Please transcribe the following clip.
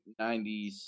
90s